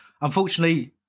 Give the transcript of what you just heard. unfortunately